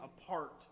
apart